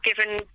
given